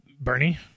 Bernie